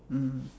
mm